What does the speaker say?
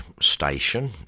station